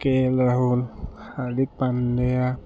কে L Rahul Hardik Pandya